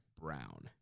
Brown